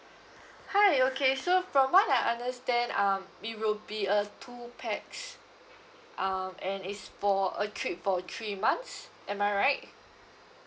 hi okay so from what I understand um it will be a two pax um and it's for a trip for three months am I right